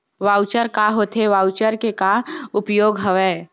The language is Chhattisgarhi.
वॉऊचर का होथे वॉऊचर के का उपयोग हवय?